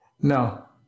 no